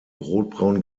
rotbraun